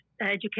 education